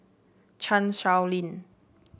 Chan Sow Lin